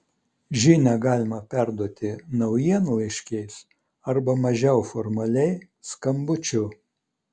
žinią galimą perduoti naujienlaiškiais arba mažiau formaliai skambučiu